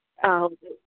आहो